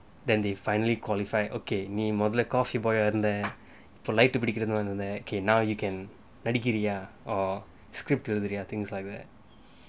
then they finally qualify okay நீ முதல்ல:nee muthalla coffee boy ah இருந்த:iruntha light பிடிக்கிறதா இருந்த:pidikkiratha iruntha now you can நடிக்கிறியா:nadikkiriyaa or script எழுதுறியா:eluthuriyaa things like that